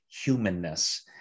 humanness